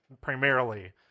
primarily